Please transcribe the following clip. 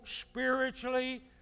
spiritually